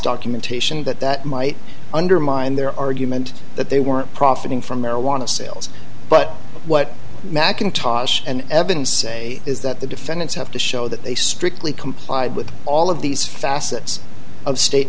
documentation that that might undermine their argument that they weren't profiting from marijuana sales but what mcintosh and evan say is that the defendants have to show that they strictly complied with all of these facets of state